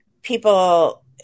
People